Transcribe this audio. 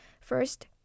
First